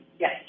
Yes